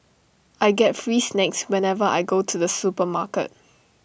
I get free snacks whenever I go to the supermarket